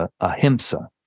ahimsa